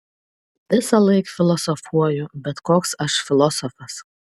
visąlaik filosofuoju bet koks aš filosofas